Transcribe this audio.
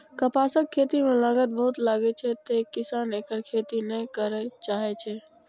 कपासक खेती मे लागत बहुत लागै छै, तें किसान एकर खेती नै करय चाहै छै